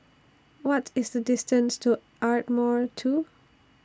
What IS The distance to Ardmore two